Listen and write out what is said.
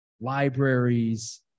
libraries